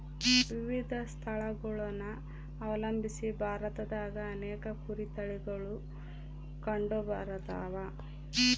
ವಿವಿಧ ಸ್ಥಳಗುಳನ ಅವಲಂಬಿಸಿ ಭಾರತದಾಗ ಅನೇಕ ಕುರಿ ತಳಿಗುಳು ಕಂಡುಬರತವ